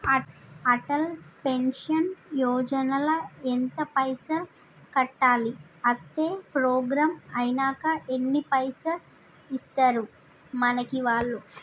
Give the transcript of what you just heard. Atal pension Yojana ల ఎంత పైసల్ కట్టాలి? అత్తే ప్రోగ్రాం ఐనాక ఎన్ని పైసల్ ఇస్తరు మనకి వాళ్లు?